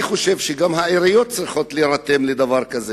אני חושב שגם העיריות צריכות להירתם לדבר הזה.